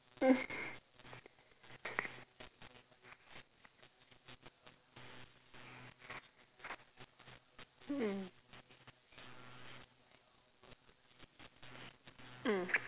mm mm